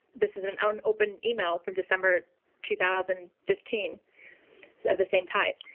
this is an unopened email from december two thousand and fifteen of the same type.